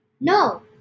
No